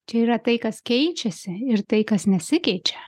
čia yra tai kas keičiasi ir tai kas nesikeičia